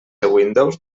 windows